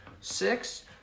six